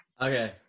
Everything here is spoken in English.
Okay